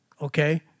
Okay